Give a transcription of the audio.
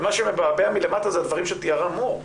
ומה שמבעבע מלמטה זה הדברים שתיארה מור נהרי.